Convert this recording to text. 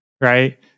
right